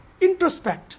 introspect